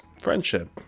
friendship